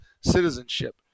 citizenship